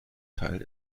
teil